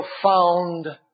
profound